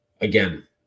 again